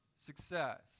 success